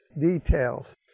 details